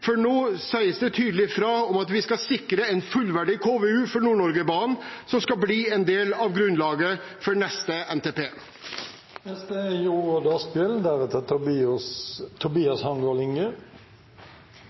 for nå sies det tydelig fra om at vi skal sikre en fullverdig KVU for Nord-Norge-banen, som skal bli en del av grunnlaget for neste